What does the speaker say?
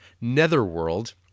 Netherworld